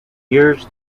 years